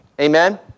Amen